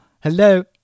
Hello